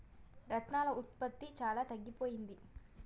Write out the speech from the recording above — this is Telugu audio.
రత్నాల ఉత్పత్తి చాలా తగ్గిపోయింది